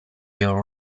your